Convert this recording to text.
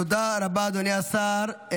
תודה רבה, אדוני השר.